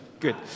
Good